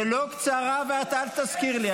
זה לא קצרה, ואתה, אל תזכיר לי.